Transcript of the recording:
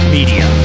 Media